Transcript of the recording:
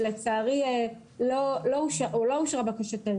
ולצערי לא אושרה בקשתנו,